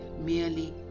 merely